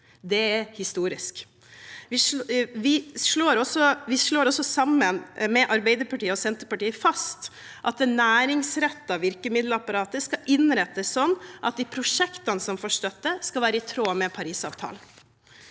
Det er historisk. Vi slår også sammen med Arbeiderpartiet og Senterpartiet fast at det næringsrettede virkemiddelapparatet skal innrettes sånn at de prosjektene som får støtte, skal være i tråd med Parisavtalen.